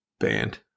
banned